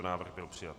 Návrh byl přijat.